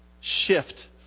shift